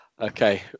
Okay